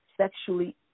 sexually